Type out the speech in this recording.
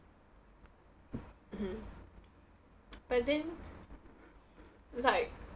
but then like